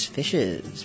Fishes